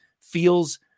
feels